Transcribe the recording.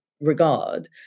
regard